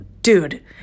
dude